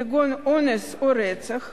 כולל אונס או רצח,